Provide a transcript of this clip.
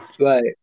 Right